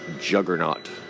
juggernaut